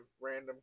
random